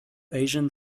asian